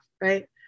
right